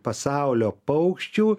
pasaulio paukščių